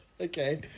Okay